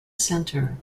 center